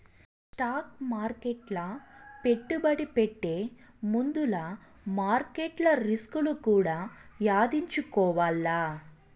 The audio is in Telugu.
స్టాక్ మార్కెట్ల పెట్టుబడి పెట్టే ముందుల మార్కెట్ల రిస్కులు కూడా యాదించుకోవాల్ల